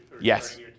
Yes